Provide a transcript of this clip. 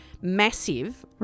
massive